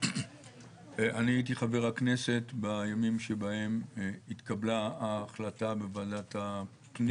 אני הייתי חבר כנסת בימים שבהם התקבלה ההחלטה בוועדת הפנים